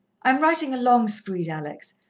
i'm writing a long screed, alex,